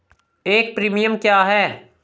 एक प्रीमियम क्या है?